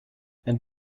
and